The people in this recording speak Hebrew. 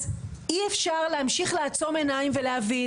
אז אי אפשר להמשיך לעצום עיניים ולהבין